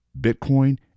Bitcoin